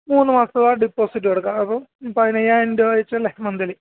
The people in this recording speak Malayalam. മൂന്ന് മാസത്തെ ഡിപ്പോസിറ്റ് കൊടുക്കാം അപ്പോൾ പതിനയ്യായിരം രൂപ വെച്ചല്ലേ മന്ത്ലി